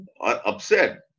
upset